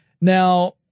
Now